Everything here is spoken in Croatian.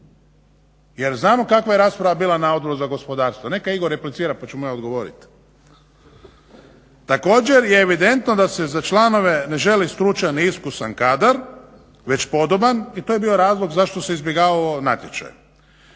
jer znamo kakva je rasprava bila na Odbor za gospodarstvo. Neka Igor replicira pa ću mu ja odgovoriti. Također je evidentno da se za članove ne želi stručan i iskusan kadar već podoban i to je bio razlog zašto se izbjegavao natječaj.